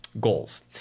goals